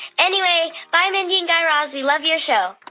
anyway, bye, mindy and guy raz. we love your show